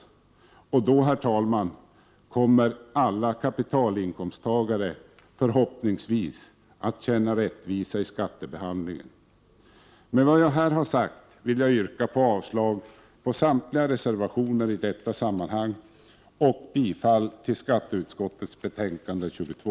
Då detta sker, herr talman, kommer alla kapitalinkomsttagare förhoppningsvis att känna sig rättvist behandlade i skattehänseende. Med vad jag här har sagt vill jag yrka avslag på samtliga reservationer i detta sammanhang och bifall till skatteutskottets betänkande 22.